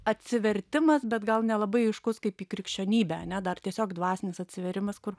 atsivertimas bet gal nelabai aiškus kaip į krikščionybę ane dar tiesiog dvasinis atsivėrimas kur